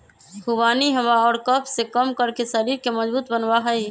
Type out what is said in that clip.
खुबानी हवा और कफ के कम करके शरीर के मजबूत बनवा हई